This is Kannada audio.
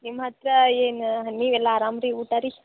ನಿಮ್ಮ ಹತ್ತಿರ ಏನು ನೀವೆಲ್ಲ ಆರಾಮು ರೀ ಊಟ ರೀ